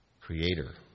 Creator